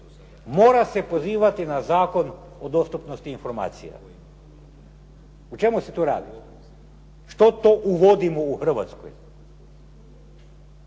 mora se pozivati na Zakon o dostupnosti informacija. O čemu se to radi? O čemu se tu radi? Što to uvodimo u Hrvatskoj?